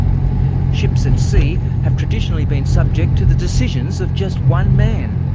ships at sea have traditionally been subject to the decisions of just one man.